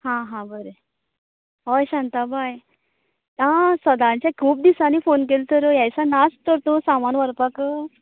हां हां बरें होय शांताबाय आं सद्दांचें खूब दिसांनी फोन केल तर ह्या दिसांनी नाच न्हू तूं सामान व्हरपाक